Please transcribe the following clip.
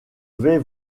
vais